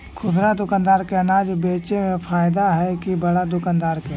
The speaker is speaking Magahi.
खुदरा दुकानदार के अनाज बेचे में फायदा हैं कि बड़ा दुकानदार के?